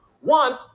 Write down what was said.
One